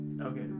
Okay